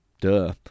Duh